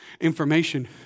information